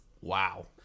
Wow